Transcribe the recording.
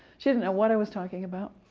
she didn't know what i was talking about.